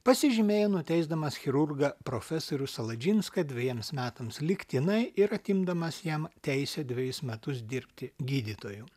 pasižymėjo nuteisdamas chirurgą profesorių saladžinską dvejiems metams lygtinai ir atimdamas jam teisę dvejus metus dirbti gydytoju